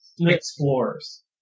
explorers